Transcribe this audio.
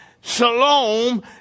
shalom